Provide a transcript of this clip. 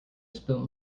spilt